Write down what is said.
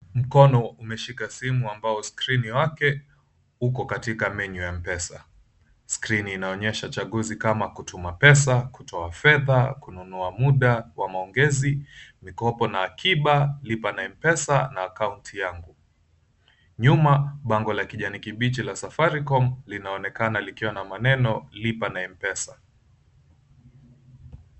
Mkono umeshika simu ambao skrini wake uko katika menu ya M-pesa. Skrini inaonyesha chaguzi kama kutuma pesa, kutoa fedha, kununua muda wa maongezi, mikopo na akiba, lipa na M-pesa na akaunti yangu. Nyuma bango la kijani kibichi la Safaricom linaonekana likiwa na maneno LIPA NA M-PESA.